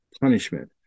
punishment